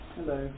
Hello